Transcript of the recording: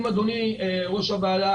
אם אדוני יושב-ראש הוועדה,